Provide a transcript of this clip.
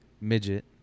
midget